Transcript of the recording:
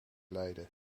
leiden